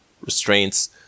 restraints